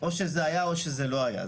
או שזה היה או שזה לא היה.